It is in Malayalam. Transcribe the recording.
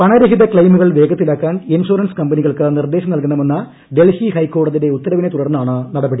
പണരഹ്മിത ് ക്ലൈമുകൾ വേഗത്തിലാക്കാൻ ഇൻഷുറൻസ് കമ്പനികൾക്ക് പ്രിർദ്ദേശം നൽകണമെന്ന ഡൽഹി ഹൈക്കോടതി ഉത്തരവ്ടിഒന്തുടർന്നാണ് നടപടി